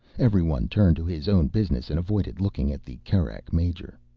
everyone turned to his own business and avoided looking at the kerak major.